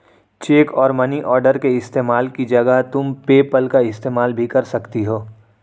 check और money order के इस्तेमाल की जगह तुम पेपैल का इस्तेमाल भी कर सकती हो